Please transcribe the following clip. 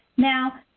now,